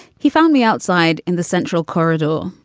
he found me outside in the central corridor.